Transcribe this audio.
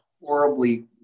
horribly